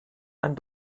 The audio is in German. ein